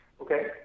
Okay